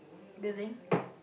building